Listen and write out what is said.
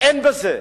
אין לזה.